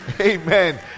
amen